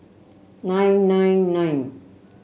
nine nine nine